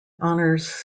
honours